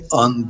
on